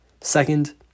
Second